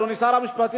אדוני שר המשפטים,